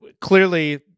clearly